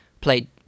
played